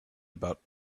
about